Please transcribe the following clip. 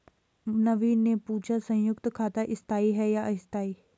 नवीन ने पूछा संयुक्त खाता स्थाई है या अस्थाई